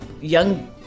young